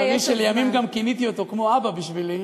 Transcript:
חברי, שלימים גם כיניתי אותו כמו אבא בשבילי,